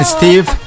Steve